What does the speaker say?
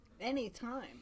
Anytime